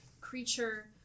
creature